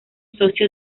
socio